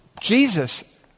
Jesus